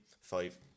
Five